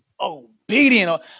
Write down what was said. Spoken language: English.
obedient